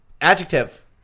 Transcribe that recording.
Adjective